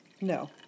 No